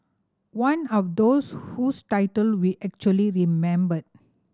one of those whose title we actually remembered